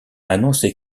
annoncé